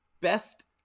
best